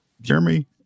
Jeremy